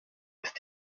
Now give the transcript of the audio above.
ist